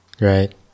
Right